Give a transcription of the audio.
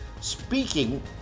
speaking